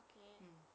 mm